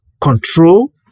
control